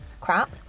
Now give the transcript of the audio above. crap